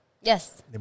Yes